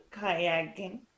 kayaking